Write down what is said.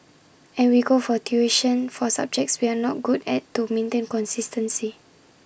and we go for tuition for subjects we are not good at to maintain consistency